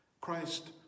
Christ